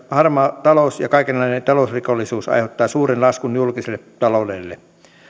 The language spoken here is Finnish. harmaa talous ja kaikenlainen talousrikollisuus aiheuttavat suuren laskun julkiselle taloudelle